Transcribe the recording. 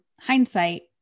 hindsight